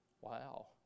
Wow